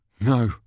No